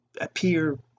appear